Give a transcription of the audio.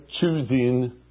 choosing